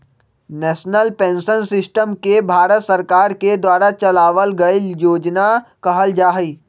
national pension system के भारत सरकार के द्वारा चलावल गइल योजना कहल जा हई